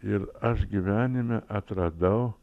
ir aš gyvenime atradau